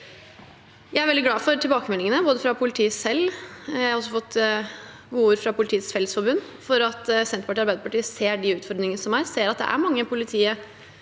Jeg er veldig glad for tilbakemeldingene fra politiet selv, og jeg har også fått godord fra Politiets Fellesforbund for at Senterpartiet og Arbeiderpartiet ser de utfordringene som finnes, og ser at det er mange i politiet